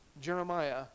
Jeremiah